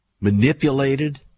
manipulated